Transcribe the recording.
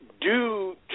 due